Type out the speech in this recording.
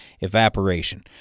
Evaporation